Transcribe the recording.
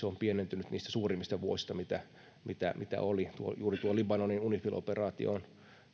on pienentynyt niistä suurimmista vuosista mitä mitä oli juuri tuo libanonin unifil operaatio on